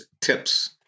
tips